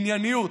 ענייניות,